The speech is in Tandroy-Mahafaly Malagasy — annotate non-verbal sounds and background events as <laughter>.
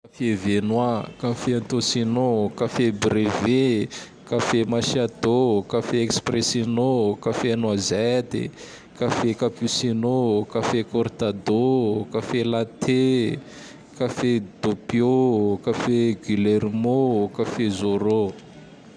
<noise> Café viennois, <noise> café antôsinô, <noise> café brevi, <noise> café machiatô, <noise> café expressinô, <noise> café noazety, <noise> café capuccinô, <noise> café kôrtadô, <noise> café laté, <noise> café dopiô, <noise> café gilermô, <noise> café zôrô. <noise>